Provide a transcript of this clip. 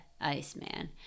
Iceman